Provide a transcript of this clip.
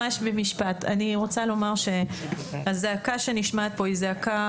רוצה לומר שהזעקה שנשמעת פה היא זעקה